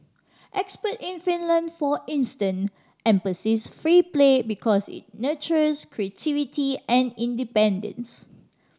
expert in Finland for instance emphasise free play because it nurtures creativity and independence